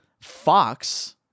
Fox